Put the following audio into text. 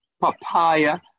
papaya